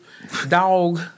Dog